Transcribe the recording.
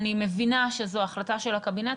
אני מבינה שזו החלטה של הקבינט,